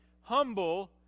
humble